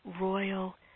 royal